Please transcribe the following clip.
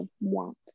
want